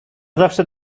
zawsze